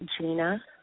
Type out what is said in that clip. Gina